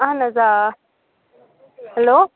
اَہَن حظ آ ہیٚلو